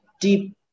deep